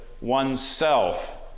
oneself